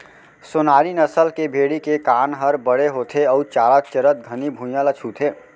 सोनारी नसल के भेड़ी के कान हर बड़े होथे अउ चारा चरत घनी भुइयां ल छूथे